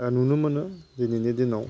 दा नुनो मोनो दिनैनि दिनाव